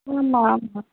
ம் ஆமாம் ஆமாம்